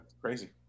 crazy